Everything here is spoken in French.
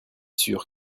sûr